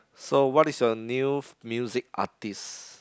so what is your new music artist